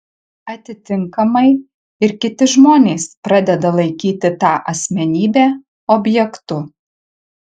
atitinkamai ir kiti žmonės pradeda laikyti tą asmenybę objektu